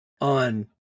on